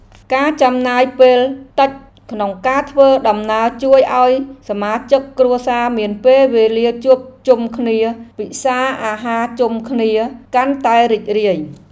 ការចំណាយពេលតិចក្នុងការធ្វើដំណើរជួយឱ្យសមាជិកគ្រួសារមានពេលវេលាជួបជុំគ្នាពិសារអាហារជុំគ្នាកាន់តែរីករាយ។